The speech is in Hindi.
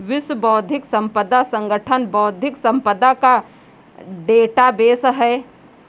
विश्व बौद्धिक संपदा संगठन बौद्धिक संपदा का डेटाबेस है